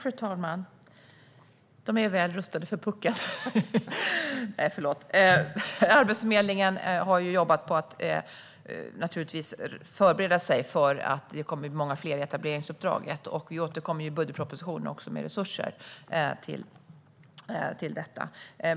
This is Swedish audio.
Fru talman! Man är väl rustad för puckeln! Arbetsförmedlingen har naturligtvis jobbat på att förbereda sig för att det kommer att bli många fler etableringsuppdrag, och vi återkommer i budgetpropositionen med resurser till detta.